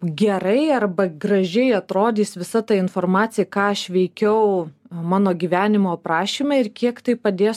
gerai arba gražiai atrodys visa ta informacija ką aš veikiau mano gyvenimo aprašyme ir kiek tai padės